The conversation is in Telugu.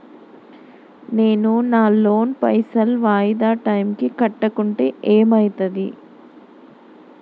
నేను నా లోన్ పైసల్ వాయిదా టైం కి కట్టకుంటే ఏమైతది?